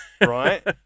right